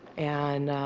and